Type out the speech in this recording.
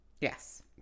Yes